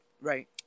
Right